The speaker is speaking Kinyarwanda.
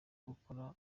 gukora